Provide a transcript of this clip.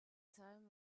time